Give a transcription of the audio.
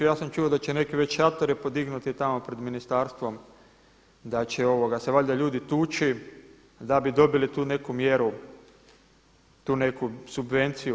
Ja sam čuo da će neki već šatore podignuti tamo pred ministarstvom, da će se valjda ljudi tući da bi dobili tu neku mjeru, tu neku subvenciju.